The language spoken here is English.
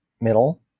Middle